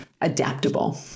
adaptable